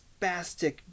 spastic